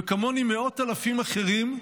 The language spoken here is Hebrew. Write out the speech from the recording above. וכמוני מאות אלפים אחרים,